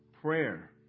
Prayer